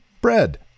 bread